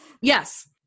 Yes